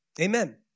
Amen